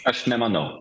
aš nemanau